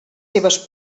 seves